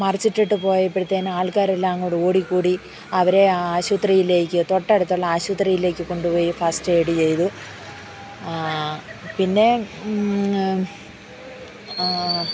മറിച്ചിട്ടിട്ട് പോയപ്പോഴത്തേക്കും ആൾക്കാരെല്ലാം അങ്ങോട്ട് ഓടിക്കൂടി അവരെ ആശുപത്രിയിലേക്ക് തൊട്ടടുത്തുള്ള ആശുത്രിയിലേക്ക് കൊണ്ടുപോയി ഫസ്റ്റ് എയ്ഡ് ചെയ്തു പിന്നെ